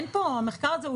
המחקר הזה,